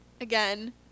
again